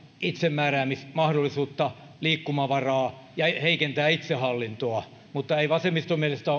itsemääräämismahdollisuutta ja liikkumavaraa ja heikentää itsehallintoa ei vasemmiston mielestä